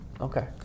Okay